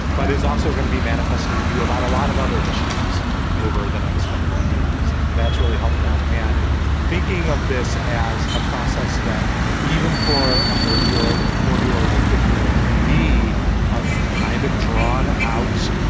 but is also going to be manifested at you about a lot of other issues over the next couple of years. that's really helpful. and thinking of this as a process that even for a thirty year old or a forty year old or fifty year old can be kind of drawn out,